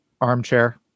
armchair